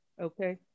Okay